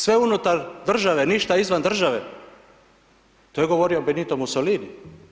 Sve unutar države, ništa izvan države, to je govorio Benito Mussolini.